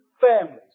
families